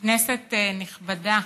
כנסת נכבדה,